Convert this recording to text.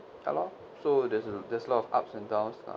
ya lor so there's a a lot of ups and downs lah